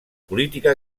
política